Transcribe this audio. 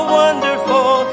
wonderful